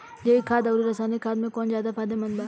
जैविक खाद आउर रसायनिक खाद मे कौन ज्यादा फायदेमंद बा?